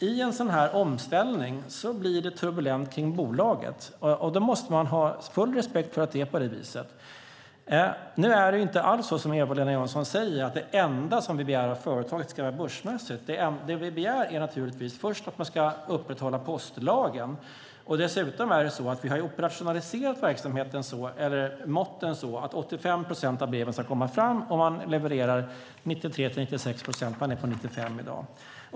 I en sådan omställning blir det turbulent kring bolaget, och då måste man ha full respekt för att det är på det viset. Nu är det inte alls så som Eva-Lena Jansson säger, att det enda som vi begär är att företaget ska vara börsmässigt. Det vi begär är naturligtvis först och främst att man ska upprätthålla postlagen. Dessutom har vi operationaliserat måtten så att 85 procent av breven ska komma fram inom ett dygn. Man levererar 93-96 procent. I dag är man på 95 procent.